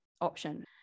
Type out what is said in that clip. option